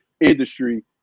industry